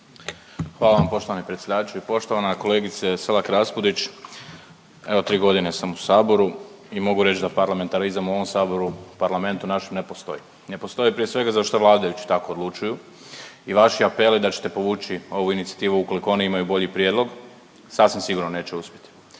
Hvala vam poštovani predsjedavajući. Poštovana kolegice Selak Raspudić evo tri godine sam u Saboru i mogu reći da parlamentarizam u ovom Saboru u Parlamentu našem ne postoji. Ne postoji prije svega zato što vladajući tako odlučuju i vaši apeli da ćete povući ovu inicijativu ukoliko oni imaju bolji prijedlog sasvim sigurno neće uspjeti